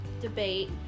debate